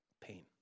Pain